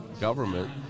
government